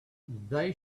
they